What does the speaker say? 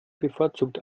bevorzugt